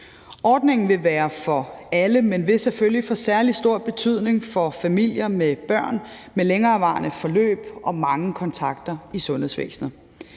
Ordningen vil være for alle, men vil selvfølgelig få særlig stor betydning for familier med børn med længerevarende forløb og mange kontakter i sundhedsvæsenet.